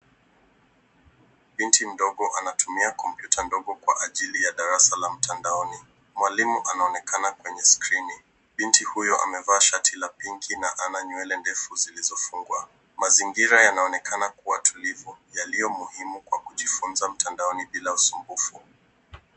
Binti mdogo anatumia kompyuta ndogo kwa ajili ya darasa la mtandaoni. Mwalimu anaonekana kwenye skrini. Binti huyo amevaa shati la pinki, na ana nywele ndefu zilizofungwa. Mazingira yanaonekana kuwa tulivu, yaliyo muhimu kwa kujifunza mtandaoni bila usumbufu.